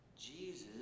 Jesus